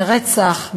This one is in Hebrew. מרצח,